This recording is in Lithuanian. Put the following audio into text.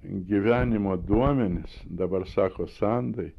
gyvenimo duomenys dabar sako sandai